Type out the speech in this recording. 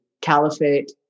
caliphate